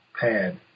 pad